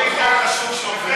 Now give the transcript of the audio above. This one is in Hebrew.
זה עוד חוק חשוב שעובר.